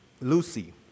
Lucy